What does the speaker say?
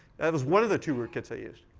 that was one of the two rootkits they used.